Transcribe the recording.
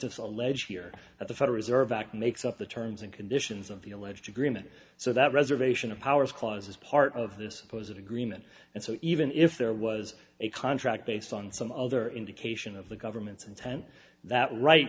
s allege here at the federal reserve act makes up the terms and conditions of the alleged agreement so that reservation of powers clause as part of this oppose it agreement and so even if there was a contract based on some other indication of the government's intent that right